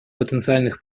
потенциальных